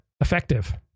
effective